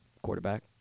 quarterback